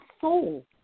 soul